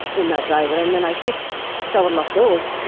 in that driver. and then i fixed several of those.